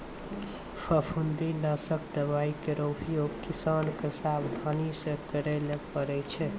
फफूंदी नासक दवाई केरो उपयोग किसान क सावधानी सँ करै ल पड़ै छै